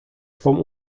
swą